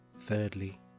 thirdly